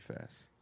fast